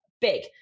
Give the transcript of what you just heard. big